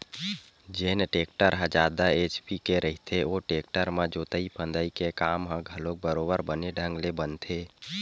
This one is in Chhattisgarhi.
जेन टेक्टर ह जादा एच.पी के रहिथे ओ टेक्टर म जोतई फंदई के काम ह घलोक बरोबर बने ढंग के बनथे